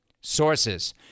sources